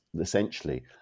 essentially